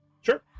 Sure